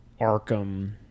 Arkham